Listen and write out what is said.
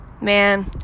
man